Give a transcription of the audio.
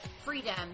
freedom